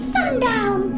Sundown